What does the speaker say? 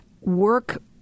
work